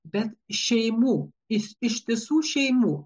bet šeimų iš ištisų šeimų